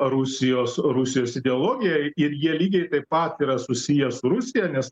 rusijos rusijos ideologiją ir jie lygiai taip pat yra susiję su rusija nes